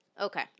Okay